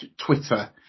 Twitter